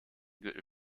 gürtel